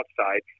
outside